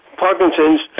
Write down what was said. Parkinson's